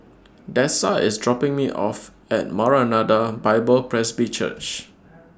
Dessa IS dropping Me off At Maranatha Bible Presby Church